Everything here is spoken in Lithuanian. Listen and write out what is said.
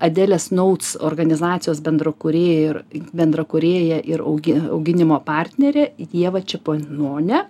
adelės notes organizacijos bendrakūrėja ir bendrakūrėja ir augi auginimo partnerė ieva čepononė